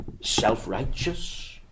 self-righteous